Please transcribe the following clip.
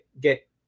get